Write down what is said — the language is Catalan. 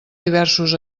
diversos